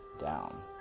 down